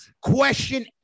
question